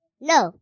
No